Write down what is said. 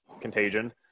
contagion